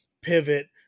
pivot